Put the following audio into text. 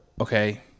okay